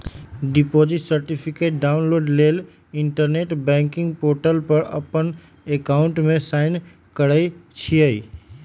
deposit certificate download लेल internet banking portal पर अप्पन अकाउंट में साइन करइ छइ